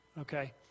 Okay